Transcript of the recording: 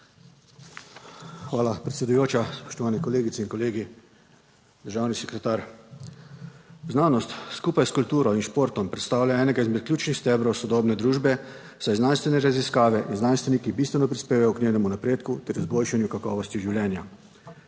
Hvala predsedujoča. Spoštovane kolegice in kolegi, državni sekretar. Znanost skupaj s kulturo in športom predstavlja enega izmed ključnih stebrov sodobne družbe, saj znanstvene raziskave in znanstveniki bistveno prispevajo k njenemu napredku ter izboljšanju kakovosti življenja.